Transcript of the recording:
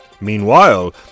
Meanwhile